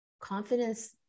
Confidence